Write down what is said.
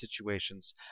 Situations